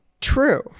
True